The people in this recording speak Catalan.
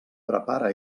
prepara